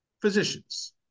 physicians